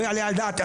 לא יעלה על הדעת,